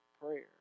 prayer